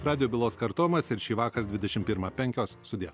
radijo bylos kartojimas ir šįvakar dvidešimt pirmą penkios sudie